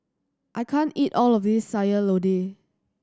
I can't eat all of this Sayur Lodeh